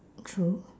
true